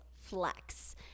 Flex